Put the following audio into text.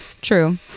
True